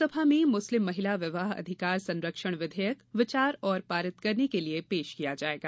लोकसभा में मुस्लिम महिला विवाह अधिकार संरक्षण विधेयक विचार और पारित करने के लिए पेश किया जाएगा